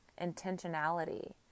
intentionality